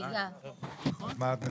מה את מציעה?